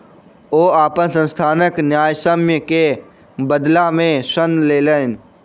ओ अपन संस्थानक न्यायसम्य के बदला में ऋण लेलैन